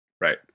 Right